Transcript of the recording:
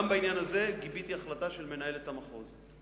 גם בעניין הזה גיביתי החלטה של מנהלת המחוז.